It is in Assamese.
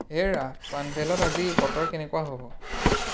হেৰা পানভেলত আজি বতৰ কেনেকুৱা হ'ব